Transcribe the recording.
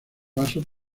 paso